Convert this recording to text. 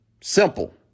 Simple